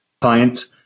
client